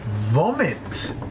Vomit